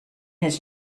his